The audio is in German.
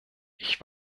ich